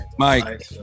Mike